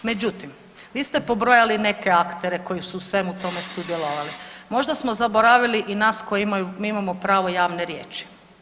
Međutim vi ste pobrojali neke aktere koji su u svemu tome sudjelovali, možda smo zaboravili i nas koji imaju, mi imamo pravo javne riječi.